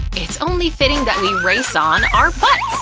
it's only fitting that we race on our butts.